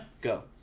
Go